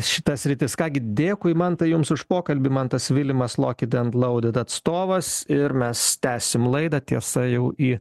šita sritis ką gi dėkui mantai jums už pokalbį mantas vilimas lokit end louded atstovas ir mes tęsim laidą tiesa jau į